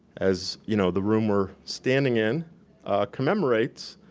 as you know the room we're standing in commemorates,